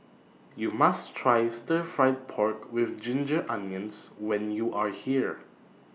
YOU must Try Stir Fried Pork with Ginger Onions when YOU Are here